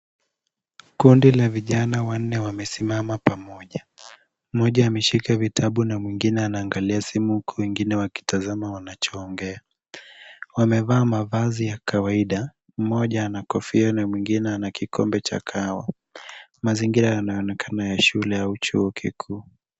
Kundi la vijana wanne wamesimama pamoja, mmoja ameshika vitabu na mwengine anaangalia simu huku wengine wakitazama wanachoongea. Wamevaa mavazi ya kawaida, mmoja ana kofia na mwengine ana kikombe cha kahawa. Mazingira yanaonekana ya shule au chuo kikuu.